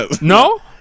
no